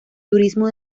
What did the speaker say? turismo